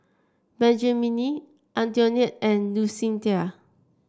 Benjamine Antionette and Lucinda